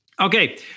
Okay